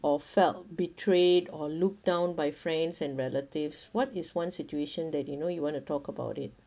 or felt betrayed or looked down by friends and relatives what is one situation that you know you want to talk about it